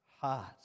heart